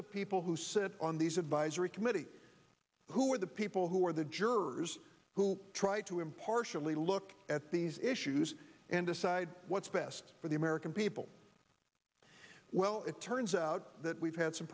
the people who sit on these advisory committee who are the people who are the jurors who try to impartially look at these issues and decide what's best for the american people well it turns out that we've had some